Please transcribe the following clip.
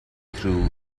through